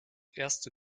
erste